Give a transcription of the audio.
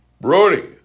Brody